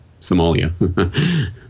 Somalia